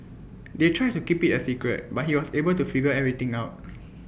they tried to keep IT A secret but he was able to figure everything out